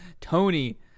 Tony